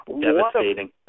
Devastating